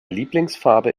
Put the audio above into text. lieblingsfarbe